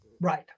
Right